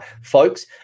folks